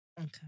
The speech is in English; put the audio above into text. Okay